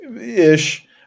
ish